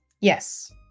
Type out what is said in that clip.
Yes